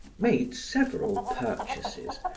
made several purchases,